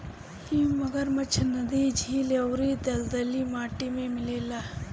इ मगरमच्छ नदी, झील अउरी दलदली माटी में मिलेला